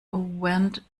went